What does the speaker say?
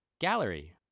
Gallery